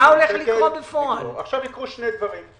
יקרו שני דברים.